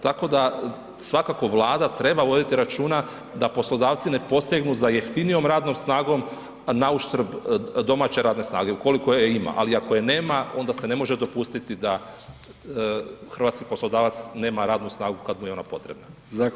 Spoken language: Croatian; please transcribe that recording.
Tako da svakako Vlada treba voditi računa da poslodavci ne posegnu za jeftinijom radnom snagom nauštrb domaće radne snage, ukoliko je ima, ali ako je nema onda se ne može dopustiti da hrvatski poslodavac nema radnu snagu kad mu je ona potrebna.